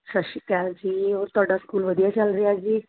ਸਤਿ ਸ਼੍ਰੀ ਅਕਾਲ ਜੀ ਹੋਰ ਤੁਹਾਡਾ ਸਕੂਲ ਵਧੀਆ ਚੱਲ ਰਿਹਾ ਜੀ